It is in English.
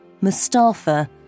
Mustafa